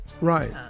Right